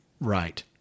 right